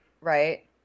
Right